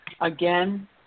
again